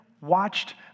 watched